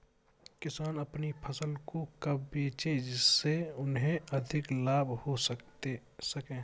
किसान अपनी फसल को कब बेचे जिसे उन्हें अधिक लाभ हो सके?